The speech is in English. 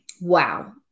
wow